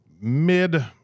mid